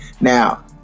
Now